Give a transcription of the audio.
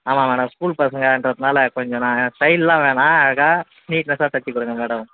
ஆமாம் madam school பசங்கன்றதுனால கொஞ்ச நான் ஸ்டைல்லாம் வேணாம் அழகாக நீட்னஸ்ஸாக தைச்சிக் கொடுங்க மேடம்